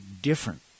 different